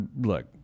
look